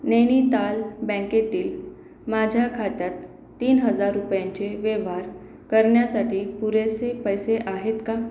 नैनिताल बँकेतील माझ्या खात्यात तीन हजार रुपयांचे व्यवहार करण्यासाठी पुरेसे पैसे आहेत का